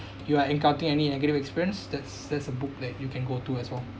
you are encountering any negative experience that's that's a book that you can go to as well